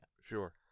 Sure